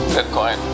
Bitcoin